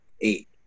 eight